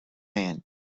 man